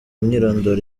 imyirondoro